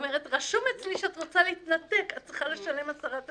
ואומרת שרשום אצלה שאני רוצה להתנתק ואת צריכה לשלם עשרה תשלומים.